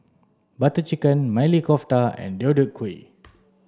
Butter Chicken Maili Kofta and Deodeok Gui